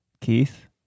keith